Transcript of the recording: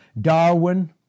Darwin